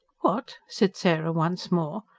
what? said sarah once more.